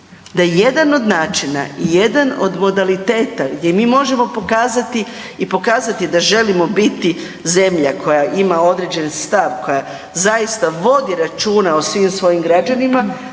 da je jedan od načina i jedan od modaliteta gdje mi možemo pokazati i pokazati da želimo biti zemlja koja ima određeni stav, koja zaista vodi računa o svim svojim građanima,